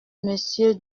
monsieur